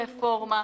לרפורמה,